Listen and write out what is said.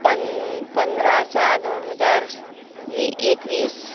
पं पंधरा सहा दोन हजार स् वी एकवीस